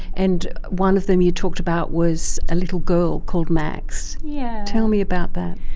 and one of them you talked about was a little girl called max. yeah tell me about that.